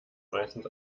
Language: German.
meistens